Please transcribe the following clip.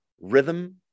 rhythm